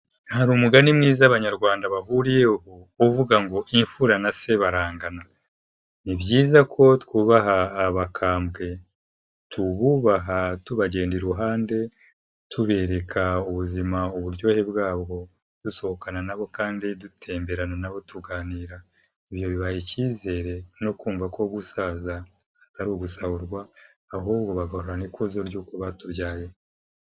Hari umugani mwiza abanyarwanda bahuriyeho uvuga ngo imfura na se barangana, ni byiza ko twubaha abakambwe, tububaha, tubagenda iruhande, tubereka ubuzima uburyohe bwabwo, dusohokana nabo, kandi dutemberana nabo tuganira, ibyo bibaha icyizere no kumva ko gusaza atari ugusahurwa, ahubwo bagahorana ikuzo ry'uko batubyaye.